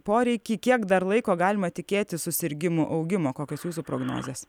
poreikį kiek dar laiko galima tikėtis susirgimų augimo kokios jūsų prognozės